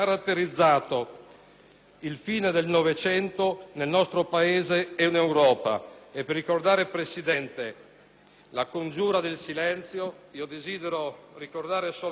la fine del Novecento nel nostro Paese e in Europa. E per ricordare, signor Presidente, la congiura del silenzio, desidero ricordare solamente il nome